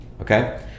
okay